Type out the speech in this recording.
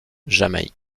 jamaïque